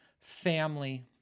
family